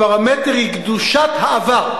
הפרמטר הוא קדושת העבר.